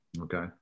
okay